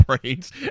brains